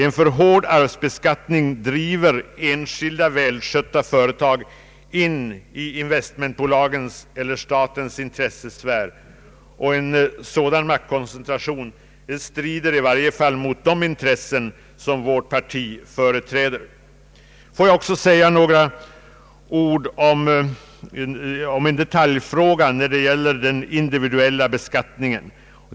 En för hård arvsbeskattning driver enskilda välskötta företag in i investmentbolagens eller statens intressesfär, och en sådan maktkoncentration strider i varje fall mot de intressen som vårt parti företräder. Låt mig också säga några ord om en detaljfråga som rör den individuella beskattningen.